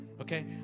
okay